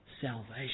salvation